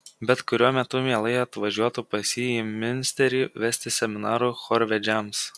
bet kuriuo metu mielai atvažiuotų pas jį į miunsterį vesti seminarų chorvedžiams